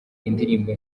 indirimbo